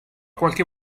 qualche